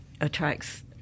attracts